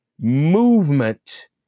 movement